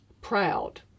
proud